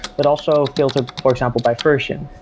but also, filter for example by version.